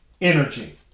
energy